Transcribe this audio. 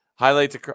Highlights